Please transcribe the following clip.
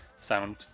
sound